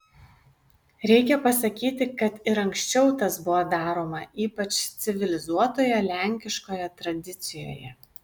reikia pasakyti kad ir anksčiau tas buvo daroma ypač civilizuotoje lenkiškoje tradicijoje